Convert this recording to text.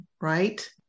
right